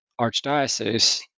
archdiocese